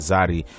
Zari